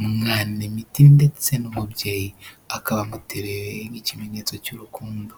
umwana imiti ndetse n'umubyeyi akaba amutereye nk'ikimenyetso cy'urukundo